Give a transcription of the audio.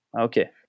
okay